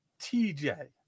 TJ